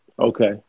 Okay